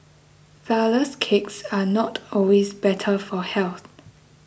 Flourless Cakes are not always better for health